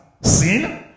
Sin